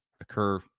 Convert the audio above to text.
occur